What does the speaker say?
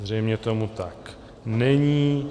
Zřejmě tomu tak není.